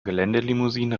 geländelimousinen